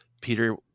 Peter